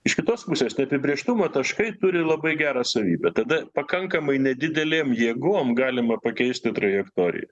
iš kitos pusės neapibrėžtumo taškai turi labai gerą savybę tada pakankamai nedidelėm jėgom galima pakeisti trajektoriją